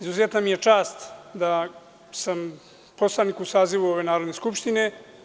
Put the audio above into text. izuzetna mi je čast da sam poslanik u sazivu Skupštine.